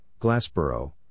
Glassboro